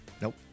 Nope